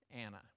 Anna